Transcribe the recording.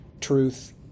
truth